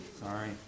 sorry